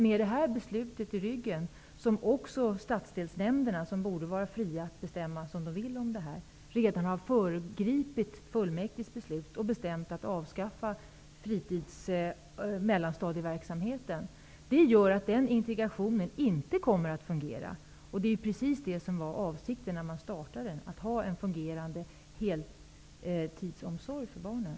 Med det här beslutet i ryggen har statsdelsnämnderna, som ju borde vara fri att bestämma det man vill, redan föregripit fullmäktigebeslutet och bestämt att avskaffa mellanstadieverksamheten. Det gör att integrationen inte kommer att fungera. När man startade den var avsikten precis att få en fungerande heltidsomsorg för barnen.